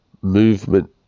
movement